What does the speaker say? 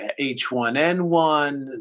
h1n1